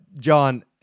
John